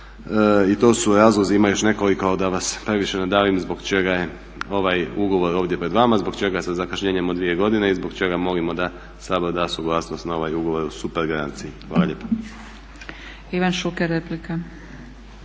I to su razlozi, ima još nekoliko da vas previše ne davim zbog čega je ovaj ugovor ovdje pred vama zbog čega sa zakašnjenjem od 2 godine i zbog čega molimo da Sabor da suglasnost na ovaj ugovor o super garanciji. Hvala lijepa. **Zgrebec, Dragica